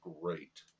great